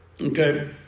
Okay